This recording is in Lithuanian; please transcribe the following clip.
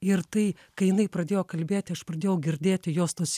ir tai kai jinai pradėjo kalbėti aš pradėjau girdėti jos tas